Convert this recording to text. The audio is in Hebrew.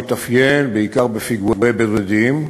מתאפיין בעיקר בפיגועי בודדים,